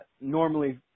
normally